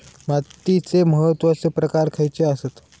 मातीचे महत्वाचे प्रकार खयचे आसत?